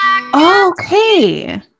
okay